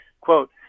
quote